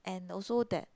and also that